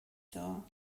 цього